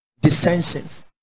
dissensions